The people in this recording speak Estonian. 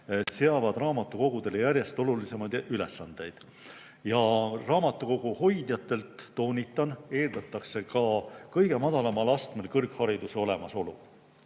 seavad raamatukogudele järjest olulisemaid ülesandeid ja raamatukoguhoidjatelt – toonitan seda – eeldatakse ka kõige madalamal astmel kõrghariduse olemasolu.